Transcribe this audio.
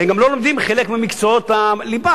הם גם לא לומדים חלק ממקצועות הליבה.